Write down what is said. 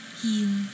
heal